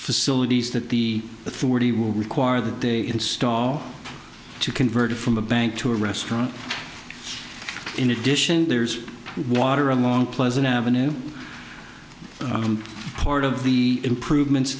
facilities that the authority will require that they install to convert from a bank to a restaurant in addition there's water along pleasant avenue but part of the improvements